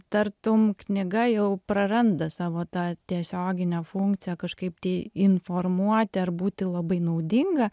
tartum knyga jau praranda savo tą tiesioginę funkciją kažkaip tai informuoti ar būti labai naudinga